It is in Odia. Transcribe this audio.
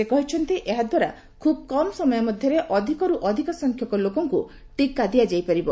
ସେ କହିଛନ୍ତି ଏହାଦ୍ୱାରା ଖୁବ୍ କମ୍ ସମୟ ମଧ୍ୟରେ ଅଧିକରୁ ଅଧିକ ସଂଖ୍ୟକ ଲୋକଙ୍କୁ ଟିକା ଦିଆଯାଇ ପାରିବ